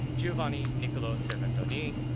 giovanni niccolo servandoni,